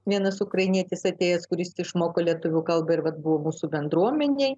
vienas ukrainietis atėjęs kuris išmoko lietuvių kalbą ir vat buvo mūsų bendruomenej